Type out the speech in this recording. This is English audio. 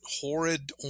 horrid